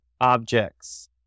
objects